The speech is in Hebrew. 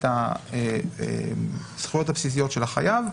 את הזכויות הבסיסיות של החייב,